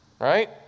right